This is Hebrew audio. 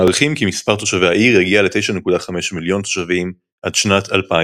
מעריכים כי מספר תושבי העיר יגיע ל-9.5 מיליון תושבים עד שנת 2030.